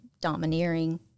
domineering